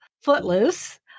Footloose